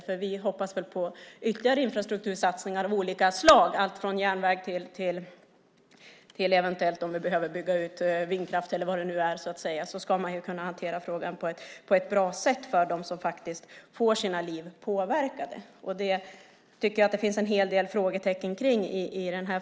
För vi hoppas väl på ytterligare infrastruktursatsningar av olika slag, alltifrån järnväg till om vi eventuellt behöver bygga ut vindkraft eller vad det nu är. Då ska man ju kunna hantera frågan på ett bra sätt för dem som faktiskt får sina liv påverkade. Det tycker jag att det finns en hel del frågetecken kring.